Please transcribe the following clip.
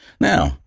Now